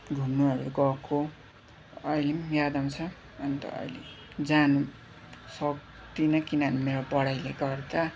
घुम्नुहरू गएको अहिले पनि याद आउँछ अन्त अहिले जान सक्दिनँ किनभने मेरो पढाइले गर्दा